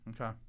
Okay